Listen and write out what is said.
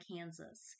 Kansas